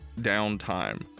downtime